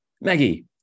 Maggie